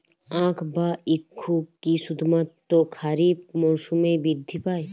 আখ বা ইক্ষু কি শুধুমাত্র খারিফ মরসুমেই বৃদ্ধি পায়?